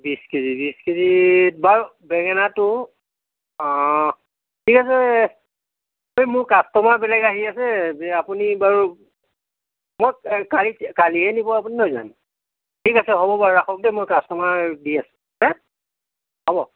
বিছ কেজি বিছ কেজিত বাৰু বেঙেনাটো অঁ ঠিক আছে এই মোৰ কাষ্টমাৰবিলাক আহি আছে আপুনি বাৰু মই কালি কালিহে নিব আপুনি নহয় জানোঁ ঠিক আছে হ'ব বাৰু ৰাখক দেই মোৰ কাষ্টমাৰ দি আছোঁ হ'ব